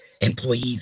employees